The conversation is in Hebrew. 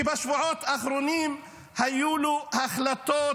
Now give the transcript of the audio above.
שבשבועות האחרונים היו לו החלטות